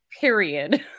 Period